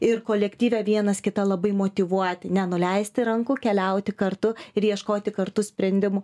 ir kolektyve vienas kitą labai motyvuoti nenuleisti rankų keliauti kartu ir ieškoti kartu sprendimų